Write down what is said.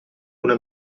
una